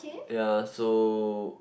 ya so